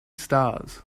stars